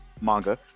manga